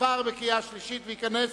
נתקבל.